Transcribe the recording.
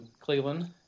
Cleveland